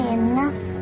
enough